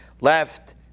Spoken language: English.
left